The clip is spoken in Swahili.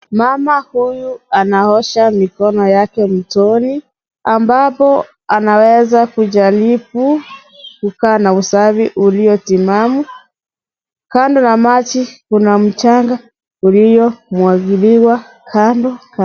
Mama huyu anaosha mikono yake mtoni ambapo anaweza kujaribu kukaa na usafi ulio timamu. Kando na maji kuna mchanga uliomwagiliwa kando.